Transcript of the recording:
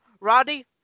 Roddy